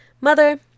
Mother